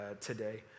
today